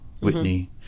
Whitney